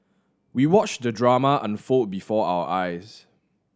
we watched the drama unfold before our eyes